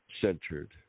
centered